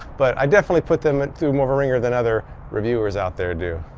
but i definitely put them and through more of a ringer than other reviewers out there do.